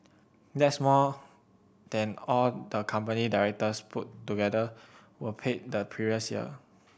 that's more than all the company directors put together were paid the previous year